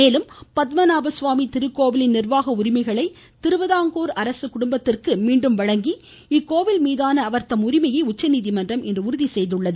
மேலும் பத்மனாப சுவாமி திருக்கோவிலின் நிர்வாக உரிமைகளை திருவிதாங்கூர் அரச குடும்பத்திற்கு மீண்டும் வழங்கி இக்கோவில் மீதான அவர்தம் உரிமையை உச்சநீதிமன்றம் இன்று உறுதி செய்தது